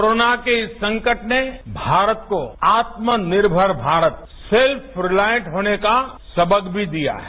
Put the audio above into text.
corona के संकट ने भारत को आत्मनिर्मर भारत सेल्फ रिताइंट होने का सबक भी दिया है